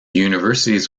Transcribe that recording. universities